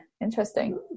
interesting